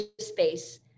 space